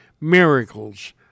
miracles